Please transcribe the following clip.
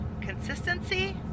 consistency